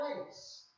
place